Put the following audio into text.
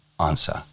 Answer